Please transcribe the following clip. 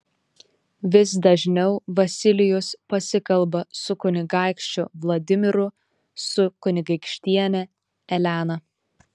vis dažniau vasilijus pasikalba su kunigaikščiu vladimiru su kunigaikštiene elena